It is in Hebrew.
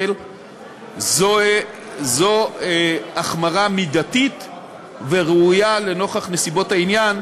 זו החמרה מידתית וראויה לנוכח נסיבות העניין.